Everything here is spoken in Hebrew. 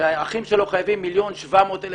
שהאחים שלו חייבים מיליון ו-700,000